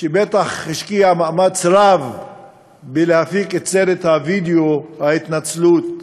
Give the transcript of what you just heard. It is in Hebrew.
שבטח השקיע מאמץ רב בהפקת סרט הווידיאו, ההתנצלות,